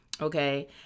Okay